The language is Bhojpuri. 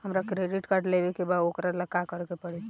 हमरा क्रेडिट कार्ड लेवे के बा वोकरा ला का करी?